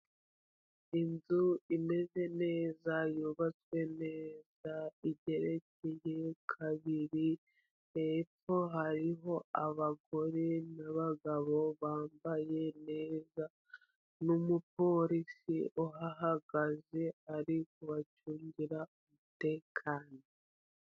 Inzu imeze neza, yubatswe neza, igeretse kabiri. Hepfo hariho abagore n'abagabo bambaye neza, n'umupolisi uhahagaze ari kubacungira umutekano.